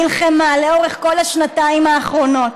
נלחמה לאורך כל השנתיים האחרונות,